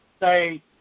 say